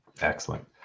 Excellent